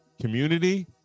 community